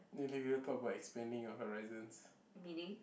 maybe you want to talk about expanding your horizons